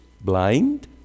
blind